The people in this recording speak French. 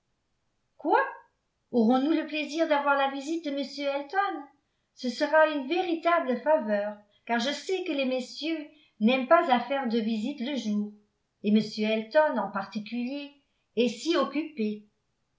quoi aurons-nous le plaisir d'avoir la visite de m elton ce sera une véritable faveur car je sais que les messieurs n'aiment pas à faire de visites le jour et m elton en particulier est si occupé